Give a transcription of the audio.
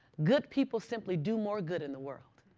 good people simply do more good in the world.